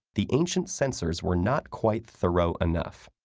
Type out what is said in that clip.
the ancient censors were not quite thorough enough.